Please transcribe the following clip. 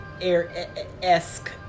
air-esque